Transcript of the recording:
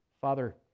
Father